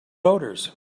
voters